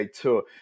tour